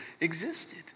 existed